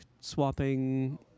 swapping